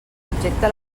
objecte